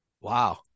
Wow